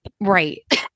Right